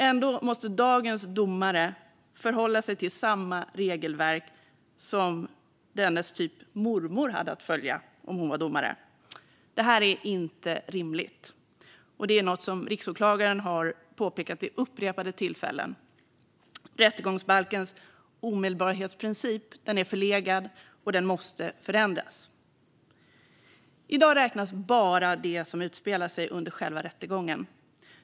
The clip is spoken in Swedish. Ändå måste dagens domare förhålla sig till samma regelverk som dennes mormor hade att följa, om hon var domare. Det här är inte rimligt, och detta är något som riksåklagaren påpekat vid upprepade tillfällen. Rättegångsbalkens omedelbarhetsprincip är förlegad och måste förändras. I dag räknas bara det som utspelar sig under själva rättegången.